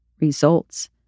results